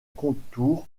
contour